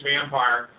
Vampire